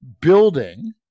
building